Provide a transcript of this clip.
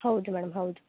ಹೌದು ಮೇಡಮ್ ಹೌದು